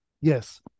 Yes